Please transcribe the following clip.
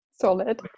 Solid